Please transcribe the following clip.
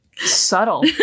subtle